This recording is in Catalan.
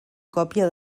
còpia